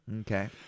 Okay